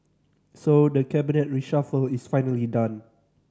so the Cabinet reshuffle is finally done